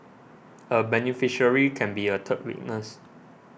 a beneficiary can be a third witness